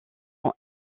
sont